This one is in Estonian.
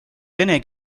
vene